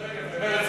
רגע, ומרצ,